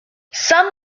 some